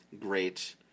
great